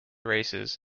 races